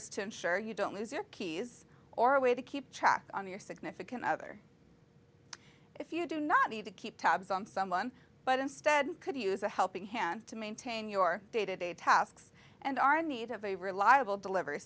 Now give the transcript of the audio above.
it's to ensure you don't lose your keys or a way to keep track on your significant other if you do not need to keep tabs on someone but instead could use a helping hand to maintain your day to day tasks and are in need of a reliable delivery